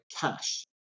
cash